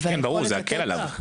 ברור, זה יקל עליו.